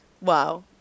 Wow